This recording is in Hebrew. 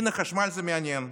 הינה, חשמל זה מעניין.